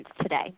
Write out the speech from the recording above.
today